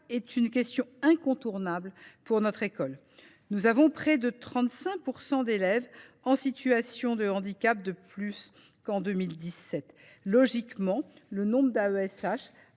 est une question incontournable. Il y a aujourd’hui près de 35 % d’élèves en situation de handicap de plus qu’en 2017. Logiquement, le nombre d’AESH